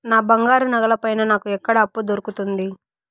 నా బంగారు నగల పైన నాకు ఎక్కడ అప్పు దొరుకుతుంది